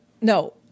no